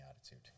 attitude